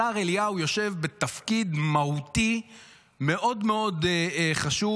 השר אליהו יושב בתפקיד מהותי מאוד מאוד חשוב.